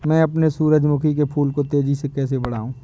मैं अपने सूरजमुखी के फूल को तेजी से कैसे बढाऊं?